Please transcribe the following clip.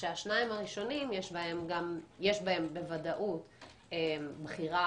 כשבשתיים הראשונות יש בוודאות בחירה